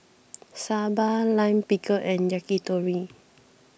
Sambar Lime Pickle and Yakitori